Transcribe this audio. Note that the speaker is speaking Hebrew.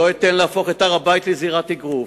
לא אתן להפוך את הר-הבית לזירת אגרוף.